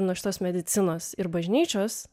nuo šitos medicinos ir bažnyčios